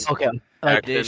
Okay